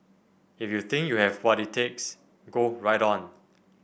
if you think you have what it takes go right on